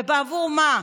ובעבור מה?